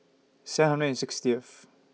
seven hundred and sixtieth